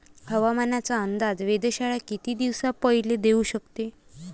हवामानाचा अंदाज वेधशाळा किती दिवसा पयले देऊ शकते?